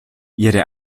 ihre